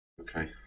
Okay